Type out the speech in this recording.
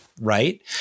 Right